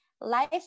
Life